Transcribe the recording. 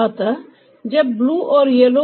अतः जब ब्लू और येलो